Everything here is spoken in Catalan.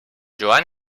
joan